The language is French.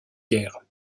guerres